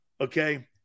Okay